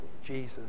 Jesus